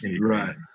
Right